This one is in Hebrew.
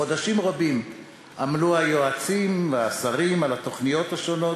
חודשים רבים עמלו היועצים והשרים על התוכניות השונות,